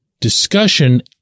discussion